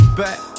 back